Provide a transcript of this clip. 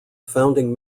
founding